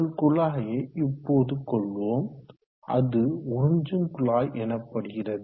ஒரு குழாயை இப்போது கொள்வோம் அது உறிஞ்சும் குழாய் எனப்படுகிறது